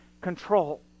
control